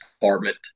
department